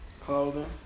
clothing